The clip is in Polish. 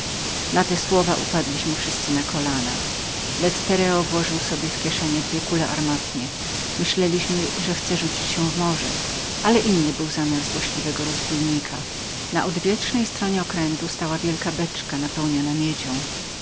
na te słowa upadliśmy wszyscy na kolana lettereo włożył w kieszenie dwie kule armatnie myśleliśmy że chce rzucić się w morze ale inny był zamiar złośliwego rozbójnika na drugiej stronie okrętu stała wielka beczka nadełnionanapełniona miedzią